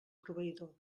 proveïdor